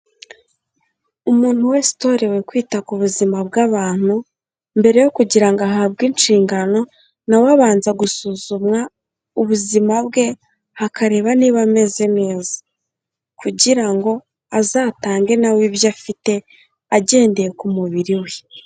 Umuntu wese utorewe kwita ku buzima bw'abantu mbere yo kugira ngo ahabwe inshingano na we abanza gusuzumwa, ubuzima bwe hakareba niba ameze neza, kugira ngo azatange nawe ibyo afite agendeye ku mubiri we.